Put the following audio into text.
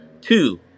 Two